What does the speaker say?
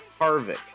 Harvick